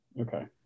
Okay